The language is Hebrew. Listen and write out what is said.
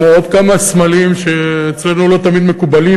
כמו עוד כמה סמלים שאצלנו לא תמיד מקובלים,